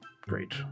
Great